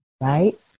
right